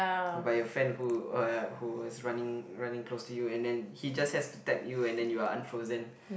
by your friend who uh who is running running close to you and then he just has to tap you and then you are unfrozen